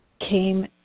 came